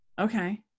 Okay